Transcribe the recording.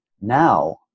Now